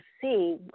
see